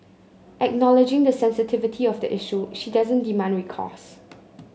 acknowledging the sensitivity of the issue she doesn't demand recourse